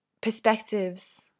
perspectives